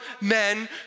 men